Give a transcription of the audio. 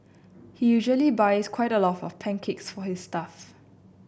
he usually buys quite a lot of pancakes for his staff